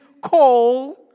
coal